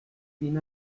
fin